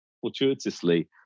fortuitously